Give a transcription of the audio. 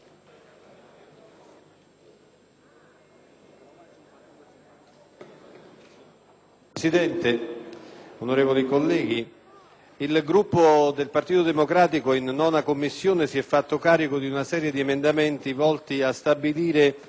Presidente, onorevoli colleghi, il Gruppo del Partito democratico in 9a Commissione si è fatto carico di una serie di emendamenti, volti a stabilire adeguati sostegni